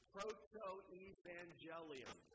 Proto-evangelium